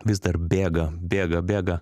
vis dar bėga bėga bėga